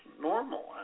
normal